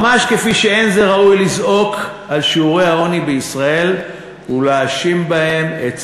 ממש כפי שלא ראוי לזעוק על שיעורי העוני בישראל ולהאשים בהם את